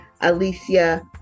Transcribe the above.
Alicia